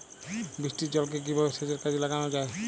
বৃষ্টির জলকে কিভাবে সেচের কাজে লাগানো য়ায়?